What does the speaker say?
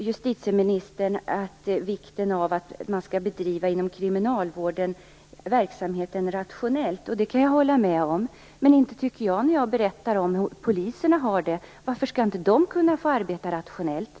Justitieministern framhåller vikten av att verksamheten inom kriminalvården skall bedrivas rationellt. Det kan jag hålla med om. Men nu har vi ju också hört hur poliserna har det, och varför skall inte de kunna få arbeta rationellt?